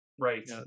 right